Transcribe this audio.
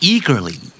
Eagerly